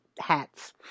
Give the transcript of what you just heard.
hats